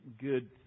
good